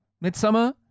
midsummer